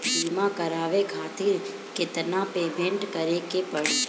बीमा करावे खातिर केतना पेमेंट करे के पड़ी?